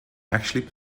actually